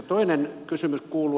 toinen kysymys kuuluu